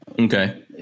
Okay